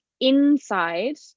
inside